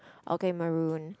okay maroon